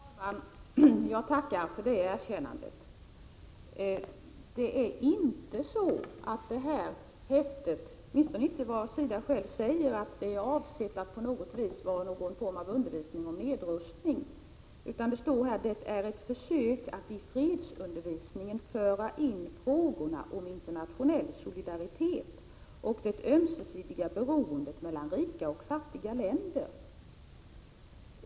Herr talman! Jag tackar för det erkännandet. Detta häfte är inte avsett att vara någon form av undervisningsmaterial om nedrustning, åtminstone inte enligt vad man säger från SIDA. I broschyren står: Det är ett försök att i fredsundervisningen föra in frågorna om internationell solidaritet och det ömsesidiga beroendet mellan rika och fattiga länder.